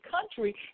country